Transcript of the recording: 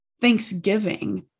thanksgiving